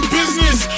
business